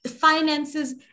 finances